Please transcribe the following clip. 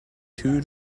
two